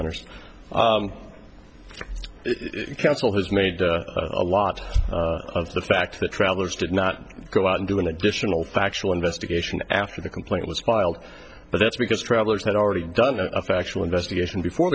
honor sir counsel has made a lot of the fact that travelers did not go out and do an additional factual investigation after the complaint was filed but that's because travellers had already done a factual investigation before